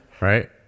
Right